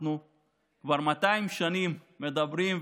כבר 200 שנים ההוגים החשובים מדברים,